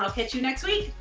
i'll catch you next week.